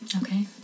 Okay